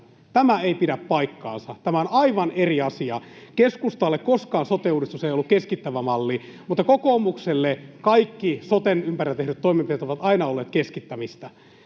Tämä ei pidä paikkaansa. Tämä on aivan eri asia. Keskustalle sote-uudistus ei ollut koskaan keskittävä malli, [Jenna Simula: Keskusta keskittää!] mutta kokoomukselle kaikki soten ympärillä tehdyt toimenpiteet ovat aina olleet keskittämistä.